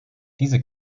diese